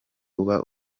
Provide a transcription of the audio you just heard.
uba